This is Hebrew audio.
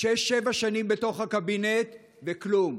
-- שש-שבע שנים בתוך הקבינט, וכלום.